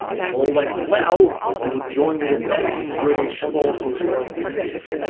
if all went well, he would join with advancing british forces from egypt.